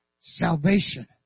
salvation